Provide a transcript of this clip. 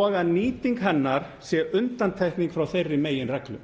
og að nýting hennar sé undantekning frá þeirri meginreglu.